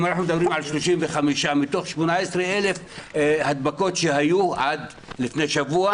אם אנחנו מדברים על 35 מתוך 18,000 הדבקות שהיו עד לפני שבוע,